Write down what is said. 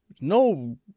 no